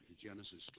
Genesis